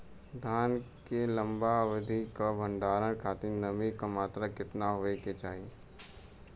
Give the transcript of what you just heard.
धान के लंबा अवधि क भंडारण खातिर नमी क मात्रा केतना होके के चाही?